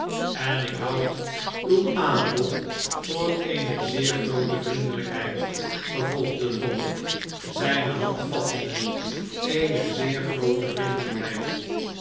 en ik houd uw aanbod voor eene zeer groote vriendelijkheid vervolgde tom zijne hand vattende eehe zeer groote vriendelijkheid